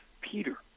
Peter